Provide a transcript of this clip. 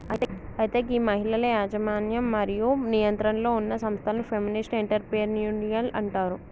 అయితే గీ మహిళల యజమన్యం మరియు నియంత్రణలో ఉన్న సంస్థలను ఫెమినిస్ట్ ఎంటర్ప్రెన్యూరిల్ అంటారు